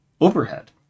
overhead